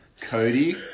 Cody